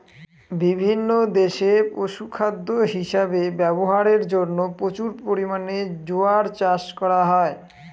বিভিন্ন দেশে পশুখাদ্য হিসাবে ব্যবহারের জন্য প্রচুর পরিমাণে জোয়ার চাষ করা হয়